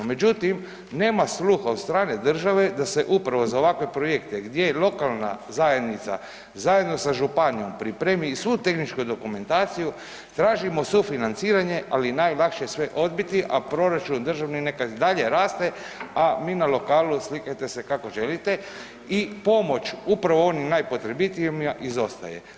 Međutim, nema sluha od strane države da se upravo za ovakve projekte gdje i lokalna zajednica zajedno sa županijom pripremi i svu tehničku dokumentaciju, tražimo sufinanciranje ali je najlakše sve odbiti, a proračun državni neka i dalje raste, a mi na lokalu slikajte se kako želite i pomoć upravo onim najpotrebitijima izostaje.